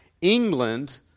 England